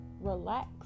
Relax